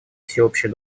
всеобщий